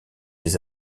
des